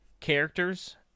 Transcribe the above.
characters